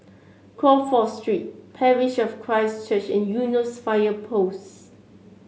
Crawford Street Parish of Christ Church and Eunos Fire Post